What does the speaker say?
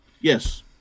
Yes